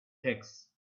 texts